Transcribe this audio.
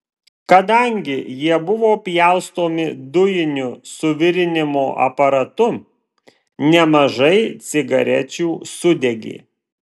kadangi jie buvo pjaustomi dujiniu suvirinimo aparatu nemažai cigarečių sudegė